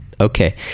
Okay